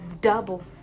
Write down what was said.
double